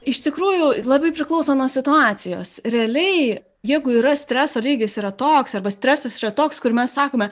iš tikrųjų labai priklauso nuo situacijos realiai jeigu yra streso lygis yra toks arba stresas yra toks kur mes sakome